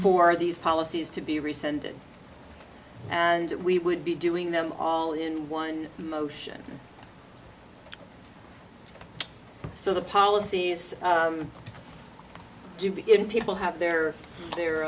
for these policies to be rescinded and we would be doing them all in one motion so the policies do begin people have there the